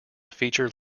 feature